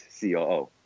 COO